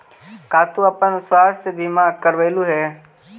का तू अपन स्वास्थ्य बीमा करवलू हे?